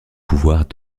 pouvoirs